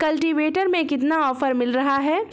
Cultivator में कितना offer मिल रहा है?